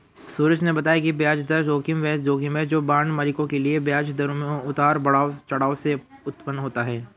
सूरज ने बताया कि ब्याज दर जोखिम वह जोखिम है जो बांड मालिकों के लिए ब्याज दरों में उतार चढ़ाव से उत्पन्न होता है